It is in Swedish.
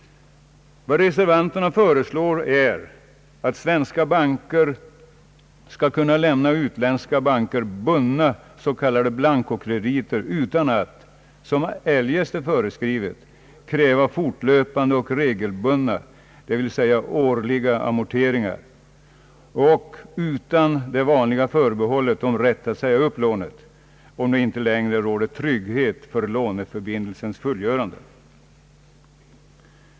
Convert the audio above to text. Vad reservanterna föreslår är att svenska banker skall kunna lämna utländska banker bundna s.k. blancokrediter utan att, som annars är föreskrivet, kräva fortlöpande och regelbundna, dvs. årliga amorteringar och utan det vanliga förbehållet om rätt att säga upp lånet om det inte längre råder trygghet för låneförbindelsens fullgörande.